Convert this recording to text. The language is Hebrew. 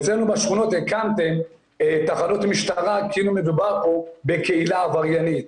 אצלנו בשכונות הקמתם תחנות משטרה כאילו מדובר פה בקהילה עבריינית.